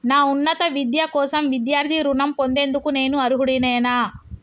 నా ఉన్నత విద్య కోసం విద్యార్థి రుణం పొందేందుకు నేను అర్హుడినేనా?